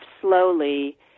slowly